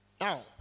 Now